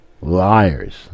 liars